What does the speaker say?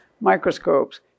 microscopes